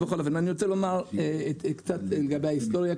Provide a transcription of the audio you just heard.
רוצה לומר קצת לגבי ההיסטוריה.